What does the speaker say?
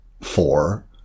four